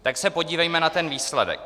Tak se podívejme na ten výsledek.